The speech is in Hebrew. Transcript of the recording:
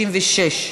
55,